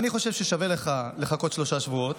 אני חושב ששווה לך לחכות שלושה שבועות,